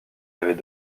avait